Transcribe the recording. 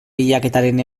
bilaketaren